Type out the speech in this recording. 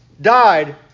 died